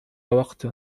وقت